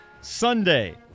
Sunday